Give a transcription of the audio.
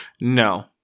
no